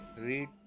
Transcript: read